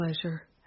pleasure